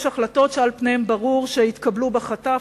יש החלטות שעל פניהן ברור שהתקבלו בחטף,